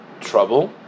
trouble